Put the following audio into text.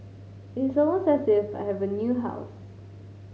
it is almost as if I have a new house